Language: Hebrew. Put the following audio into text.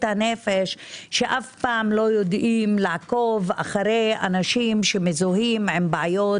הנפש שאף פעם לא יודעים לעקוב אחרי אנשים שמזוהים עם בעיות,